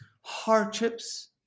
hardships